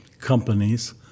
companies